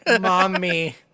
mommy